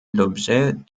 l’objet